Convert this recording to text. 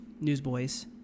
newsboys